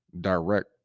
direct